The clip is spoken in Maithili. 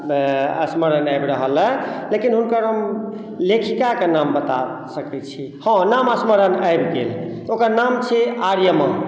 स्मरण आबि रहल हँ लेकिन हुनकर हम लेखिका के नाम बता सकै छी हँ नाम स्मरण आबि गेल ओकर नाम छियै आर्यमा